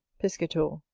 piscator.